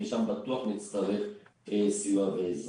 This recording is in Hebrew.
שם בטוח נצטרך סיוע ועזרה.